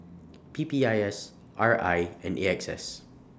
P P I S R I and A X S